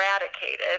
eradicated